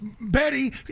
Betty